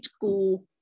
go